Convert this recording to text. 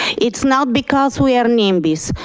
it's not because we are nimbys,